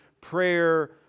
prayer